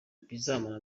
bizamara